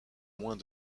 moins